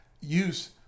use